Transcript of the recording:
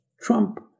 Trump